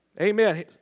Amen